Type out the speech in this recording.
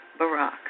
Barack